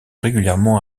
régulièrement